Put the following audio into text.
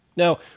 Now